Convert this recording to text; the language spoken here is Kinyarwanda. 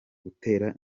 gutera